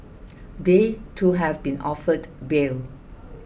they too have been offered bail